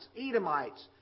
Edomites